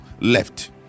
left